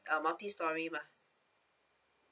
uh multi storey mah